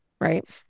right